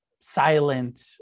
silent